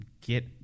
get